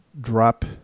drop